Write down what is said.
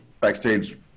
backstage